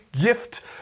gift